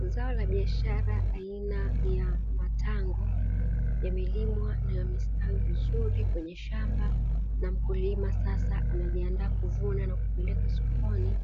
Zao la biashara aina ya matango yameliwa na yamestawi vizuri kwenye shamba, na mkulima sasa anajiandaa kuvuna na kupeleka sokoni,